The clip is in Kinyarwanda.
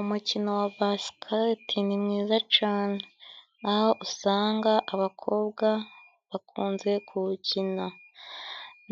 Umukino wa basikati ni mwiza cane aho usanga abakobwa bakunze kuwukina.